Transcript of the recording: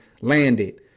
landed